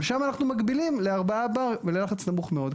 אבל שם אנחנו מגבילים ל-4 בר וללחץ נמוך מאוד,